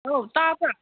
hello ꯇꯥꯕ꯭ꯔꯥ